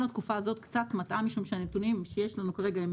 לתקופה הזאת קצת מטעה משום שהנתונים שיש לנו כרגע הם